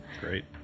Great